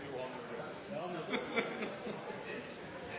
vil jo gå